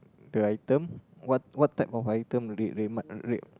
the item what what type of item will it RedMart red